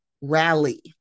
rally